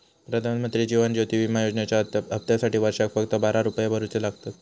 प्रधानमंत्री जीवन ज्योति विमा योजनेच्या हप्त्यासाटी वर्षाक फक्त बारा रुपये भरुचे लागतत